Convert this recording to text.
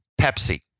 Pepsi